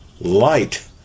light